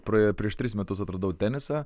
praėjo prieš tris metus atradau tenisą